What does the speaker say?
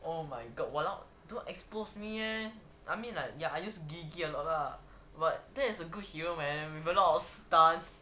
oh my god !walao! don't expose me eh I mean like ya I used diggie a lot lah but that's a good hero man with a lot of stunts